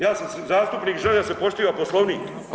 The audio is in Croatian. Ja sam zastupnik, želim da se poštiva Poslovnika.